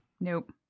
Nope